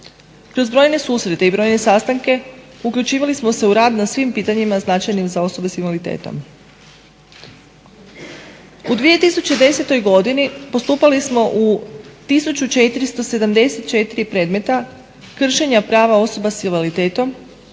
Kroz brojne susrete i brojne sastanke uključivali smo se u rad na svim pitanjima značajnim za osobe sa invaliditetom. U 2010. godini postupali smo u 1474 predmeta kršenja prava osoba sa invaliditetom